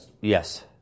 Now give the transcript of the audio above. Yes